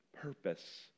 purpose